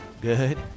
good